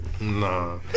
Nah